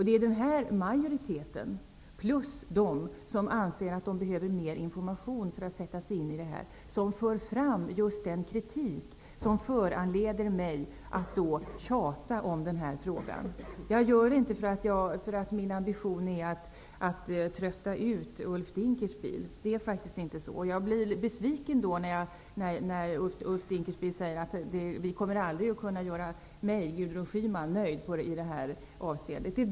Det är denna majoritet plus de som anser att de behöver mer information för att kunna sätta sig in i det här som för fram just den kritik som föranleder mig att tjata om den här frågan. Jag gör det alltså inte därför att det är min ambition att trötta ut Ulf Dinkelspiel. Så är det faktiskt inte. Jag blir besviken när Ulf Dinkelspiel säger att det aldrig kommer att gå att göra mig nöjd i detta avseende.